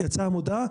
יצאה המודעה,